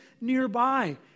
nearby